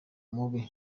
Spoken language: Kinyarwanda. mubi